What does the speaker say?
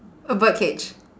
a bird cage